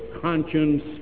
conscience